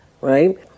right